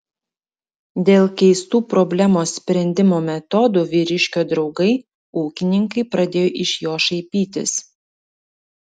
dėl keistų problemos sprendimo metodų vyriškio draugai ūkininkai pradėjo iš jo šaipytis